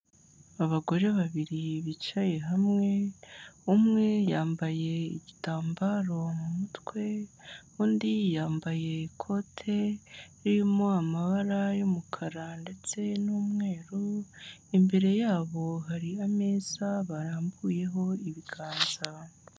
Abagore babiri bicaye hamwe, umwe yambaye igitambaro mu mutwe undi yambaye ikote ririmo amabara y'umukara ndetse n'umweru, imbere yabo hari ameza barambuyeho ibiganza.